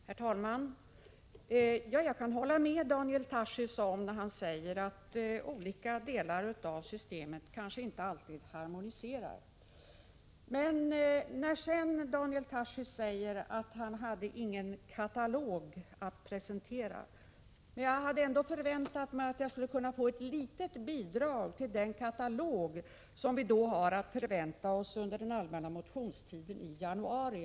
Herr talman! Jag kan hålla med Daniel Tarschys om att olika delar av systemet kanske inte alltid harmoniserar. Sedan säger Daniel Tarschys att han inte hade någon katalog att presentera. Men jag hade emotsett ett litet bidrag till den katalog som vi alltså har att förvänta oss under den allmänna motionstiden i januari.